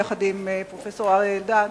יחד עם פרופסור אריה אלדד,